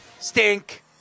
Stink